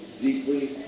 deeply